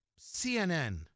CNN